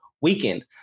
weekend